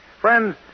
Friends